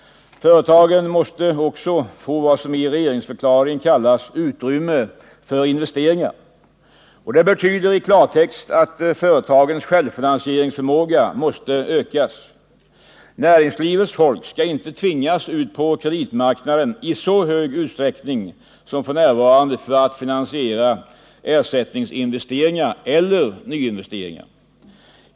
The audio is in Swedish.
Företagen måste också få vad som i regeringsförklaringen kallas ”utrymme för investeringar”. Det betyder i klartext att företagens självfinansieringsförmåga måste ökas. Näringslivets folk skall inte tvingas ut på kreditmarknaden i så hög utsträckning som f.n. för att finansiera ersättningsinvesteringar eller nyinvesteringar.